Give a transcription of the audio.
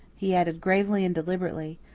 he added, gravely and deliberately,